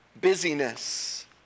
Busyness